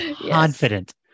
confident